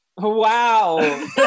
wow